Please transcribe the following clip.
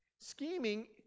Scheming